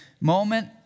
moment